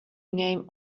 name